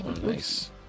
Nice